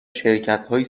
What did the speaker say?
شرکتهایی